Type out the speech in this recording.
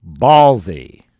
Ballsy